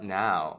now